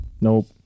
Nope